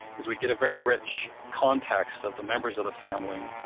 is we get a very rich context of the members of the family.